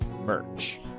merch